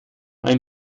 ein